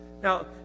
Now